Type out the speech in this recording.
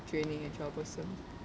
draining and troublesome